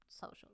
social